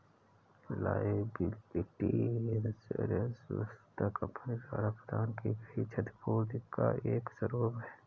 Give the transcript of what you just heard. liability insurance वस्तुतः company द्वारा प्रदान की गई क्षतिपूर्ति का एक स्वरूप है